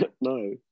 No